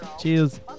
Cheers